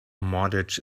mortgage